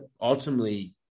ultimately